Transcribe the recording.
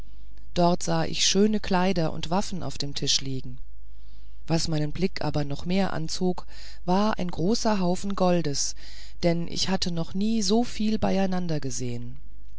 dort sah ich schöne kleider und waffen auf dem tische liegen was meine blicke aber noch mehr anzog war ein großer haufe goldes denn ich hatte noch nie so viel beieinander gesehen